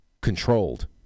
controlled